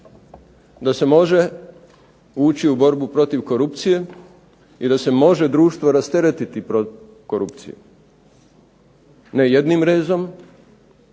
da se može ući u borbu protiv korupcije i da se može društvo rasteretiti korupcije. Ne jednim rezom,